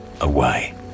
away